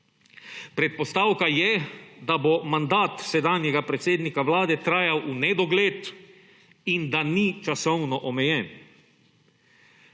Predpostavka je, da bo mandat sedanjega predsednika Vlade trajal v nedogled in da ni časovno omejen.